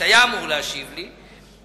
שהיה אמור להשיב לי,